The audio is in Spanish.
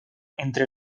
entre